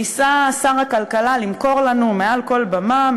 ניסה שר הכלכלה למכור לנו מעל כל במה,